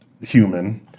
human